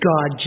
God